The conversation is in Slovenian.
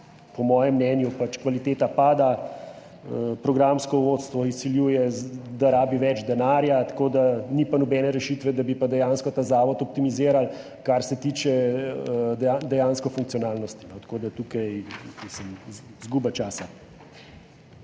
po mojem mnenju pač kvaliteta programa pada, programsko vodstvo izsiljuje, da rabi več denarja, ni pa nobene rešitve, da bi pa dejansko ta zavod optimizirali, kar se dejansko tiče funkcionalnosti, tako da je tukaj izguba časa.